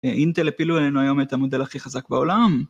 -ה, אינטל הפילו עלינו היום את המודל הכי חזק בעולם.